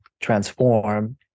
transform